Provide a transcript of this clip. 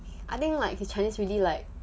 I think like the chinese really like